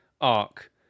arc